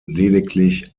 lediglich